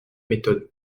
méthode